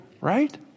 right